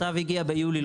המכתב הגיע ביולי.